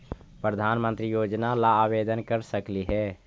प्रधानमंत्री योजना ला आवेदन कर सकली हे?